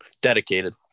dedicated